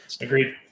Agreed